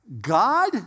God